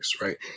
right